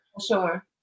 Sure